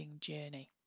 journey